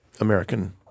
American